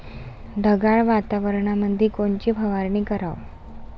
ढगाळ वातावरणामंदी कोनची फवारनी कराव?